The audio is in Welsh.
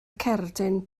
cerdyn